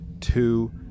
two